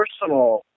personal